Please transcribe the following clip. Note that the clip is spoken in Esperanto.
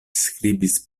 skribis